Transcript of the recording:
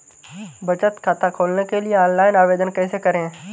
बचत खाता खोलने के लिए ऑनलाइन आवेदन कैसे करें?